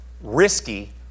risky